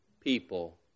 people